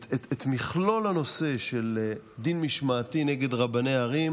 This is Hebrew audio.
את מכלול הנושא של דין משמעתי נגד רבני ערים,